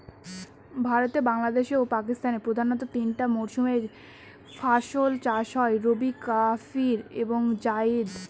ভারতে বাংলাদেশে ও পাকিস্তানে প্রধানত তিনটা মরসুমে ফাসল চাষ হয় রবি কারিফ এবং জাইদ